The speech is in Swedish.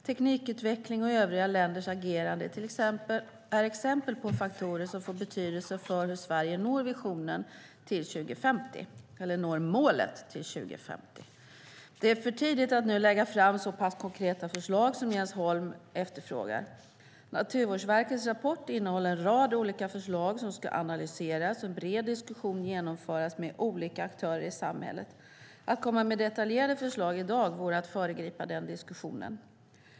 Teknikutveckling och övriga länders agerande är exempel på faktorer som får betydelse för hur Sverige når målet till 2050. Det är för tidigt att nu lägga fram så pass konkreta förslag som Jens Holm efterfrågar. Naturvårdsverkets rapport innehåller en rad olika förslag som ska analyseras, och en bred diskussion ska genomföras med olika aktörer i samhället. Att komma med detaljerade förslag i dag vore att föregripa den diskussionen.